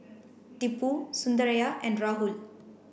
Tipu Sundaraiah and Rahul